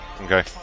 Okay